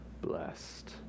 blessed